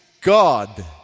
God